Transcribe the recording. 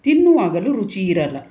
ತಿನ್ನುವಾಗಲೂ ರುಚಿ ಇರಲ್ಲ